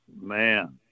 Man